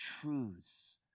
truths